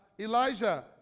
Elijah